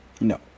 no